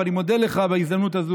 ואני מודה לך בהזדמנות הזאת,